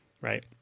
right